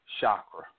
chakra